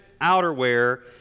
outerwear